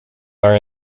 are